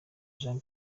jean